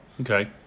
Okay